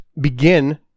begin